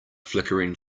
flickering